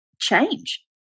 change